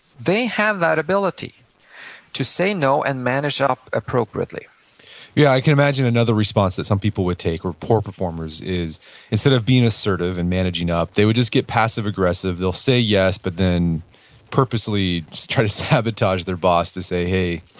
they have that ability to say no and manage up appropriately yeah, i can imagine another response that some people would take, poor performers, is instead of being assertive and managing up, they would just get passive aggressive, they'll say yes, but then purposely sabotage their boss to say, hey,